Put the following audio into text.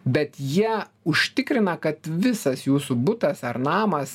bet jie užtikrina kad visas jūsų butas ar namas